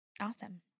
Awesome